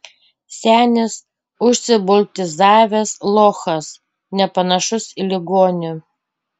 senis užsiboltizavęs lochas nepanašus į ligonį